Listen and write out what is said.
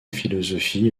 philosophie